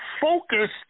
focused